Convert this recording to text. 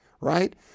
right